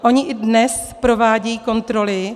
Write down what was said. Ony i dnes provádějí kontroly.